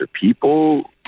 people